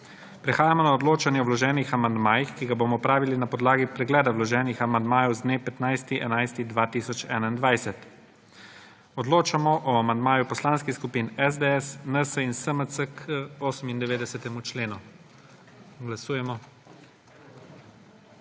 Prehajamo na odločanje o vloženih amandmajih, ki ga bomo opravili na podlagi pregleda vloženih amandmajev z dne 15. 11. 2021. Odločamo o amandmaju poslanskih skupin SDS, NSi in SMC k 98. členu. Glasujemo.